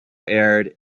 aired